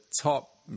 top